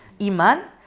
iman